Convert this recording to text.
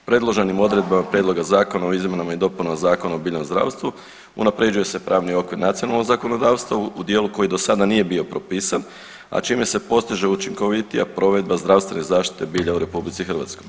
Predloženim odredbama Prijedloga Zakona o izmjenama i dopunama Zakona o biljnom zdravstvu unapređuje se pravni okvir nacionalnog zakonodavstva u dijelu koji do sada nije bio propisan, a čime se postiže učinkovitija provedba zdravstvene zaštite bilja u RH.